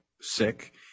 sick